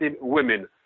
women